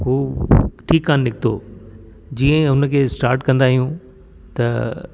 उहो ठीकु कोन निकतो जीअं ई उन खे स्टाट कंदा आहियूं त